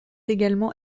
également